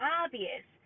obvious